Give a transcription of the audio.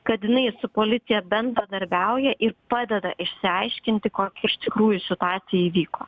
kad jinai su policija bendradarbiauja ir padeda išsiaiškinti kokia iš tikrųjų situacija įvyko